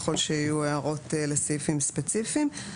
שיוכלו להתייחס ככל שיהיו הערות לסעיפים ספציפיים.